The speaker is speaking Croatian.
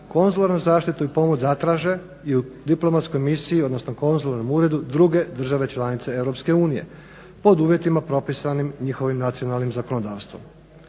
konzularnu zaštitu i pomoć zatraže i u diplomatskoj misiji odnosno konzularnom uredu druge države članice EU pod uvjetima propisanim njihovim nacionalnim zakonodavstvom.